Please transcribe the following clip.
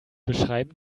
beschreiben